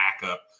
backup